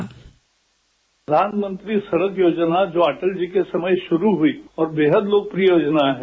bite प्रधानमंत्री सडक योजना जो अटल जी के समय शुरू हुई और बेहद लोकप्रिय योजना है